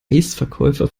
eisverkäufer